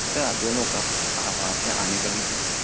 sir दोनों का वहाँ से आने का भी चाहिए